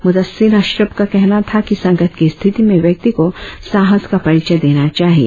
मुदस्सिर अशरफ का कहना था कि संकट की स्थिति में व्यक्ति को साहस का परिचय देना चाहिए